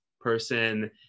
person